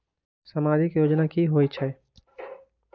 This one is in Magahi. समाजिक योजना की होई छई?